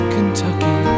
Kentucky